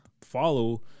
follow